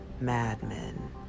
madmen